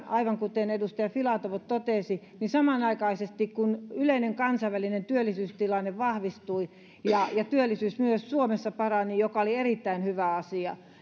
aivan kuten edustaja filatov totesi niin samanaikaisesti kun yleinen kansainvälinen työllisyystilanne vahvistui ja ja työllisyys myös suomessa parani mikä oli erittäin hyvä asia